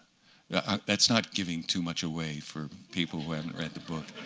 yeah that's not giving too much away, for people who haven't read the book.